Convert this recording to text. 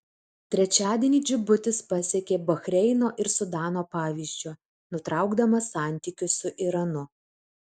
trečiadienį džibutis pasekė bahreino ir sudano pavyzdžiu nutraukdamas santykius su iranu